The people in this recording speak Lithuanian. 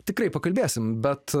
tikrai pakalbėsime bet